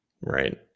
Right